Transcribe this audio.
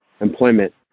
employment